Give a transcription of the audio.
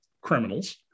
criminals